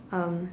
um